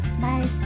Bye